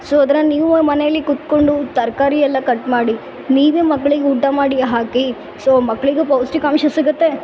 so ಅದ್ರ ನೀವು ಮನೆಯಲ್ಲಿ ಕೂತ್ಕೊಂಡು ತರಕಾರಿ ಎಲ್ಲ ಕಟ್ ಮಾಡಿ ನೀವೇ ಮಕ್ಳಿಗೆ ಊಟ ಮಾಡಿ ಹಾಕಿ ಸೊ ಮಕ್ಕಳಿಗೂ ಪೌಷ್ಟಿಕಾಂಶ ಸಿಗತ್ತೆ